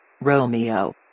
Romeo